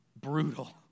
brutal